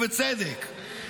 ובצדק,